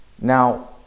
Now